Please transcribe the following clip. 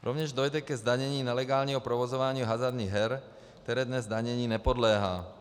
Rovněž dojde ke zdanění nelegálního provozování hazardních her, které dnes zdanění nepodléhá.